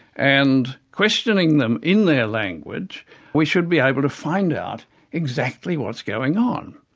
and questioning them in their language we should be able to find out exactly what's going on.